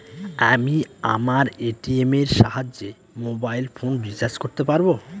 আমি আমার এ.টি.এম এর সাহায্যে মোবাইল ফোন রিচার্জ করতে পারব?